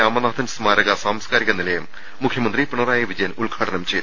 രാമനാഥൻ സ്മാരക സാംസ്കാരിക നിലയം മുഖ്യമന്ത്രി പിണറായി വിജയൻ ഉദ്ഘാടനം ചെയ്തു